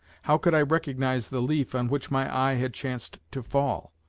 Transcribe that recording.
how could i recognize the leaf on which my eye had chanced to fall?